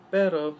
pero